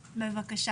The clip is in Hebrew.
בבקשה.